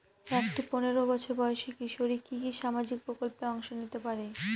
একটি পোনেরো বছর বয়সি কিশোরী কি কি সামাজিক প্রকল্পে অংশ নিতে পারে?